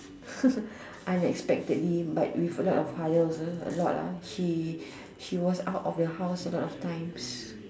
unexpectedly but with a lot of hire a lot ah she she was out of the house a lot of times